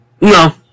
No